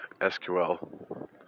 SQL